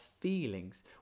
feelings